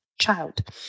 child